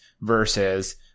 versus